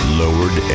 lowered